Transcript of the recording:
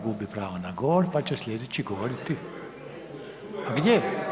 Gubi pravo na govor, pa će sljedeći govoriti… … [[Upadica se ne razumije.]] A gdje?